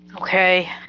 Okay